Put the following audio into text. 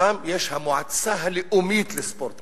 שם יש המועצה הלאומית לספורט,